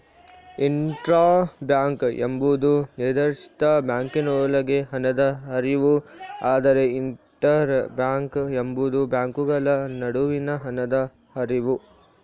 intra bank ಎಂಬುದು ನಿರ್ದಿಷ್ಟ ಬ್ಯಾಂಕಿನೊಳಗೆ ಹಣದ ಹರಿವು, ಆದರೆ ಇಂಟರ್ ಬ್ಯಾಂಕ್ ಎಂಬುದು ಬ್ಯಾಂಕುಗಳ ನಡುವಿನ ಹಣದ ಹರಿವು